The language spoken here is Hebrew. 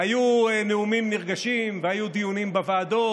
היו נאומים נרגשים והיו דיונים בוועדות